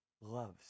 loves